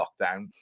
lockdown